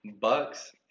Bucks